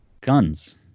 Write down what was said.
guns